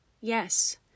Yes